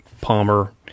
Palmer